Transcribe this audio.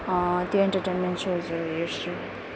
त्यो एन्टरटेन्मेन्ट सोजहरू हेर्छु